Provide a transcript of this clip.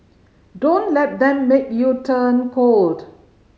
don't let them make you turn cold